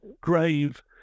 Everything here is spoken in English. grave